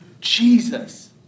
Jesus